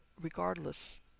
regardless